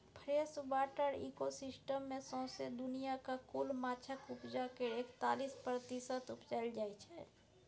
freshwater ecosystem मे सौसें दुनियाँक कुल माछक उपजा केर एकतालीस प्रतिशत उपजाएल जाइ छै